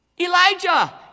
Elijah